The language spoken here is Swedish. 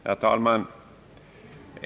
Herr talman!